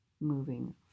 moving